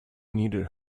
needed